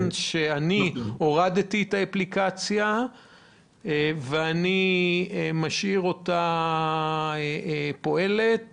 שאני הורדתי את האפליקציה ואני משאיר אותה פועלת